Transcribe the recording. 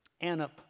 Anna